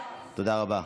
תודה רבה.